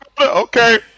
Okay